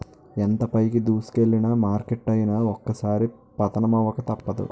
ఎంత పైకి దూసుకెల్లిన మార్కెట్ అయినా ఒక్కోసారి పతనమవక తప్పదు